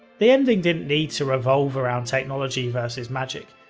the ending didn't need to revolve around technology versus magick.